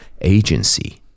agency